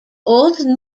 old